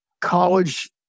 college